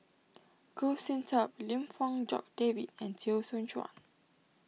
Goh Sin Tub Lim Fong Jock David and Teo Soon Chuan